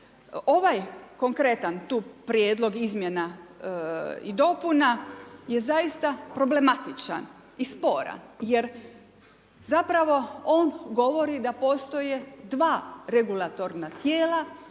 Ovaj konkretan tu Prijedlog izmjena i dopuna je zaista problematičan i sporan jer zapravo on govori da postoje dva regulatorna tijela.